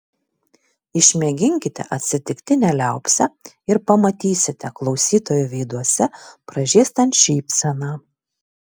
išmėginkite atsitiktinę liaupsę ir pamatysite klausytojų veiduose pražystant šypseną